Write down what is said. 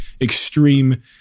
extreme